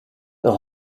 the